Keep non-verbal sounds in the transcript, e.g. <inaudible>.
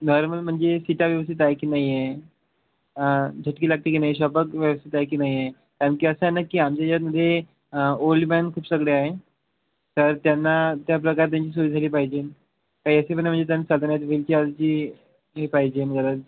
normal म्हणजे सीटा व्यवस्थित आहे की नाही आहे झटकी लागते की नाही <unintelligible> व्यवस्थित आहे की नाही आहे कारण की असं आहे ना की आमच्या <unintelligible> मध्ये ओल्ड मॅन खूप सगळे आहे तर त्यांना त्याप्रकारे त्यांची <unintelligible> पाहिजे का ए सी पण <unintelligible> हे पाहिजे <unintelligible>